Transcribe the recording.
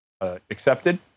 accepted